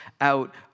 out